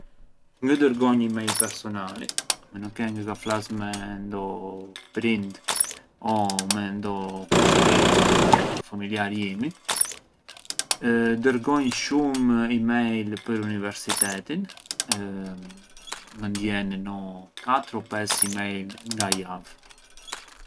Ngë dërgonj e-mail personali, a meno che ngë flas me ndo prindër, o me ndo kushiri o me ndo familjarë jimi, dërgonj shumë për universitetin, mënd jenë no katër o pesë e-mail na javë.